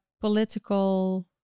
political